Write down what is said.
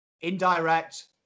indirect